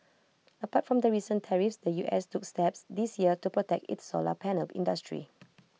apart from the recent tariffs the U S took steps this year to protect its solar panel industry